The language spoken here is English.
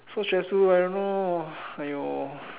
so stressful I don't know !aiyo!